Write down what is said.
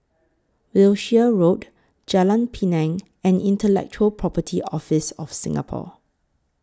Wiltshire Road Jalan Pinang and Intellectual Property Office of Singapore